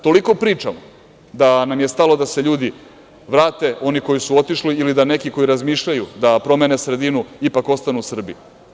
Toliko pričamo da nam je stalo da se ljudi vrate, oni koji su otišli ili da neki koji razmišljaju da promene sredinu ipak ostanu u Srbiji.